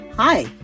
Hi